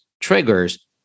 triggers